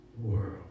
world